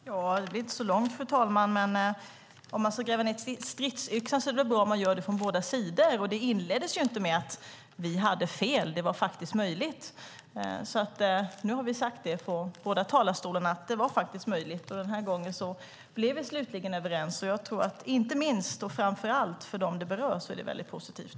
Fru talman! Om man ska gräva ned stridsyxan är det väl bra om man gör det på båda sidor. Detta inleddes faktiskt inte med att vi hade fel, utan det vi ville var faktiskt möjligt. Nu har vi sagt från båda talarstolarna att det faktiskt var möjligt. Den här gången blev vi slutligen överens. Inte minst - och framför allt - för dem det berör är det väldigt positivt.